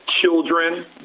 children